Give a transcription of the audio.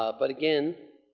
um but, again,